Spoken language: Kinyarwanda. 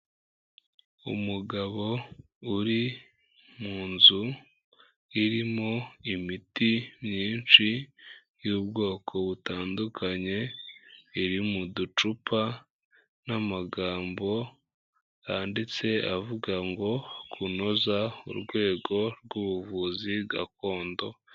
Umugabo uri mu nzu irimo imiti myinshi y'ubwoko butandukanye, iri mu ducupa n'amagambo yanditse avuga ngo kunoza urwego rw'ubuvuzi gakondo.